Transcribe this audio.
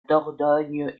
dordogne